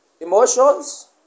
emotions